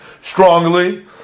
strongly